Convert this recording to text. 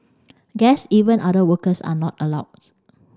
guests even other workers are not allowed